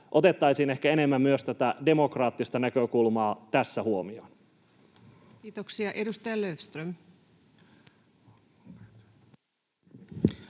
otettaisiin ehkä enemmän myös tätä demokraattista näkökulmaa tässä huomioon. Kiitoksia. — Edustaja Löfström.